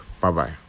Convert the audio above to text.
Bye-bye